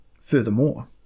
Furthermore